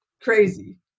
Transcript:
crazy